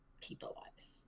people-wise